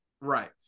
right